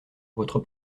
votre